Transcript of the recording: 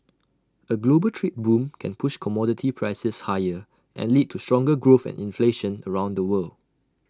A global trade boom can push commodity prices higher and lead to stronger growth and inflation around the world